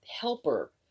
helper